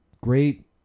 great